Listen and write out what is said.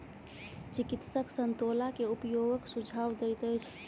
चिकित्सक संतोला के उपयोगक सुझाव दैत अछि